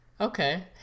Okay